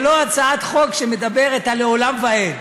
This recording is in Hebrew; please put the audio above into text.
זו לא הצעת חוק שמדברת על לעולם ועד,